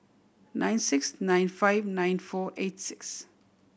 nine six nine five nine four eight six